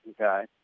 Okay